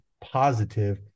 positive